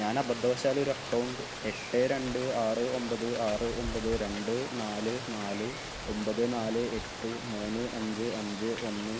ഞാൻ അബദ്ധവശാൽ ഒരു അക്കൗണ്ട് എട്ട് രണ്ട് ആറ് ഒമ്പത് ആറ് ഒമ്പത് രണ്ട് നാല് നാല് ഒമ്പത് നാല് എട്ട് മൂന്ന് അഞ്ച് അഞ്ച് ഒന്ന്